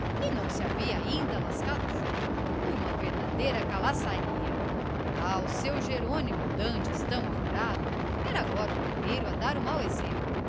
e não se havia ainda lascado fogo uma verdadeira calaçaria o tal seu jerônimo dantes tão apurado era agora o primeiro a dar o mau exemplo